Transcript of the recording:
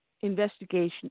investigation